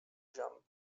jump